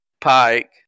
Pike